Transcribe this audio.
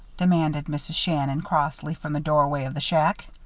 demanded mrs. shannon, crossly, from the doorway of the shack.